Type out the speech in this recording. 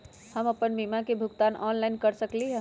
हम अपन बीमा के भुगतान ऑनलाइन कर सकली ह?